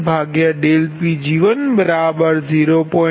હવે L1C1Pg10